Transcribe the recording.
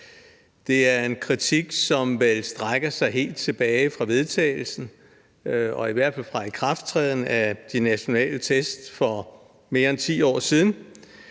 Det er en kritik, som vel strækker sig helt tilbage fra vedtagelsen og i hvert fald fra ikrafttræden af de nationale test for mere end 10 år siden.